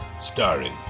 Starring